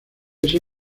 ese